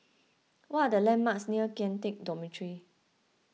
what are the landmarks near Kian Teck Dormitory